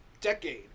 decade